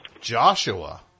Joshua